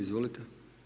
Izvolite.